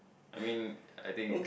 I mean I think